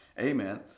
Amen